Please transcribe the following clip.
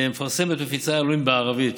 מפרסמת ומפיצה עלונים בערבית,